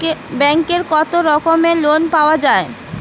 ব্যাঙ্কে কত রকমের লোন পাওয়া য়ায়?